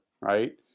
right